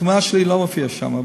התמונה שלי לא מופיעה שם,